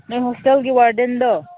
ꯅꯣꯏ ꯍꯣꯁꯇꯦꯜꯒꯤ ꯋꯥꯔꯗꯦꯟꯗꯣ